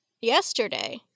yesterday